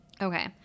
okay